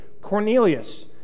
Cornelius